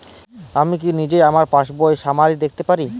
আমি কি নিজেই আমার পাসবইয়ের সামারি দেখতে পারব?